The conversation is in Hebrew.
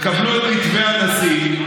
תקבלו את מתווה הנשיא,